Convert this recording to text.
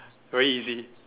very easy